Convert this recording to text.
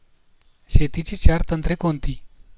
शेतीची चार तंत्रे कोणती?